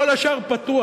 כל השאר פתוח.